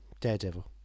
Daredevil